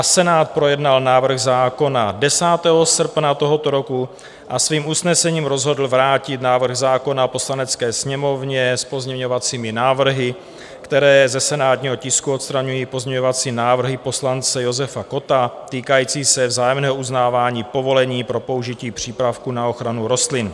Senát projednal návrh zákona 10. srpna tohoto roku a svým usnesením se rozhodl vrátit návrh zákona Poslanecké sněmovně s pozměňovacími návrhy, které ze senátního tisku odstraňují návrhy poslance Josefa Kotta týkající se vzájemného uznávání povolení pro použití přípravků na ochranu rostlin.